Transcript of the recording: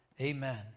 Amen